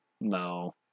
No